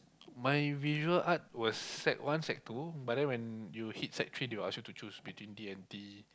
my visual art was sec one sec two but then when you hit sec three they will ask you to choose between D-and-T